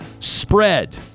spread